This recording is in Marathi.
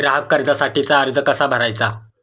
ग्राहक कर्जासाठीचा अर्ज कसा भरायचा?